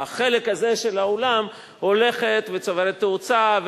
בחלק הזה של האולם הולכת וצוברת תאוצה,